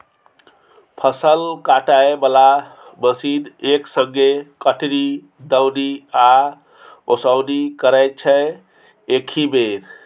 फसल काटय बला मशीन एक संगे कटनी, दौनी आ ओसौनी करय छै एकहि बेर